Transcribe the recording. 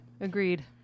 Agreed